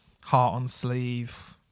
heart-on-sleeve